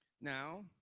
Now